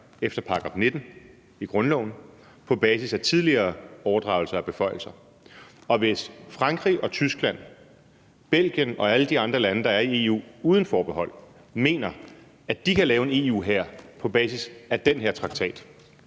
efter § 19 i grundloven på basis af tidligere overdragelser af beføjelser. Og hvis Frankrig, Tyskland, Belgien og alle de andre lande, der er i EU uden forbehold, mener, at de kan lave en EU-hær på basis af den her traktat,